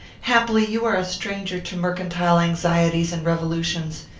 happily you are a stranger to mercantile anxieties and revolutions.